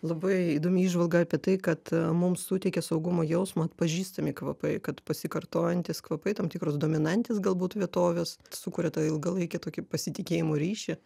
labai įdomi įžvalga apie tai kad mum suteikia saugumo jausmą atpažįstami kvapai kad pasikartojantys kvapai tam tikros dominantės galbūt vietovės sukuria tą ilgalaikį tokį pasitikėjimo ryšį